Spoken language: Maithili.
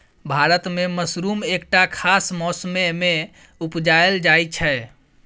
भारत मे मसरुम एकटा खास मौसमे मे उपजाएल जाइ छै